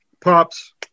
pops